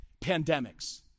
pandemics